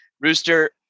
Rooster